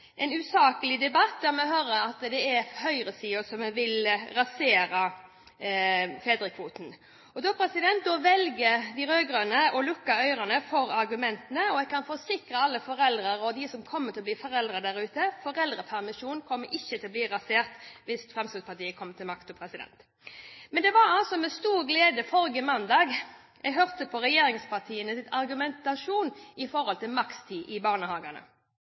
en usaklig debatt om at det er høyresiden som vil raserer fedrekvoten. Da velger de rød-grønne å lukke ørene for argumentene. Jeg kan forsikre alle foreldre og dem som kommer til å bli foreldre, at foreldrepermisjonen ikke kommer til å bli rasert hvis Fremskrittspartiet kommer til makten. Det var med stor glede jeg forrige mandag hørte på regjeringspartienes argumentasjon mot makstid i barnehagene: Valgfrihet og fleksibilitet for foreldrene – Kristin Halvorsen hadde tiltro til foreldrenes vurdering. Ja, tenk om det kunne vært tilfellet i